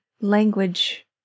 language